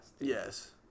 Yes